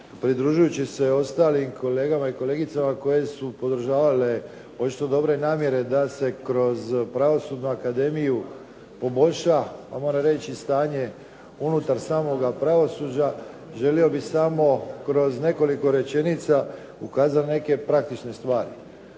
Pridružujući se ostalim kolegicama i kolegama koje su podržavale očito dobre namjere da se kroz Pravosudnu akademiju poboljša stanje samoga pravosuđa, želio bih samo kroz nekoliko rečenica ukazati neke praktične stvari.